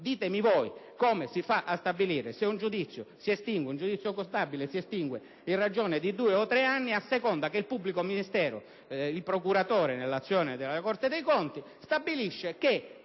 Ditemi voi come si fa a stabilire se un giudizio contabile si estingue in ragione di due o tre anni, a seconda che il pubblico ministero (il procuratore, nell'azione della Corte dei conti) stabilisca che